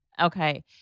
Okay